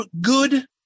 good